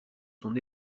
son